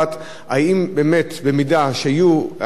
שהממשלה תכהן עד סוף ימיה הבחירות יהיו צמודות,